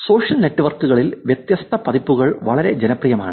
social നെറ്റ്വർക്കുകളിൽ വ്യത്യസ്ത പതിപ്പുകൾ വളരെ ജനപ്രിയമാണ്